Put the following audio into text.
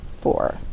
four